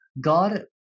God